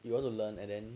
you want to learn and then